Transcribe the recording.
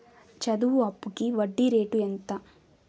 చదువు అప్పుకి వడ్డీ రేటు ఎంత?